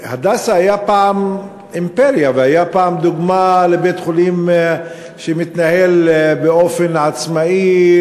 "הדסה" היה פעם אימפריה והיה פעם דוגמה לבית-חולים שמתנהל באופן עצמאי,